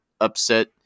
upset